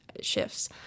shifts